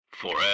Forever